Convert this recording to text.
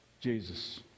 Jesus